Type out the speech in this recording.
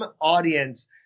audience